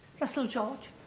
russell george